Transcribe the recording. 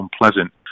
unpleasant